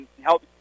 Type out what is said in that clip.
help